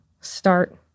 start